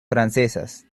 francesas